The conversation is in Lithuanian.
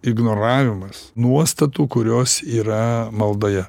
ignoravimas nuostatų kurios yra maldoje